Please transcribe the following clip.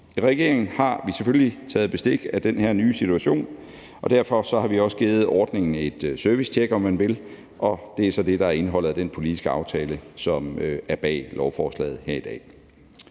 I regeringen har vi selvfølgelig taget bestik af den her nye situation, og derfor har vi også givet ordningen et servicetjek, om man vil, og det er så det, der er indholdet af den politiske aftale, som er bag lovforslaget her i dag.